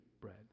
bread